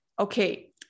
okay